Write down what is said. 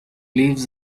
lives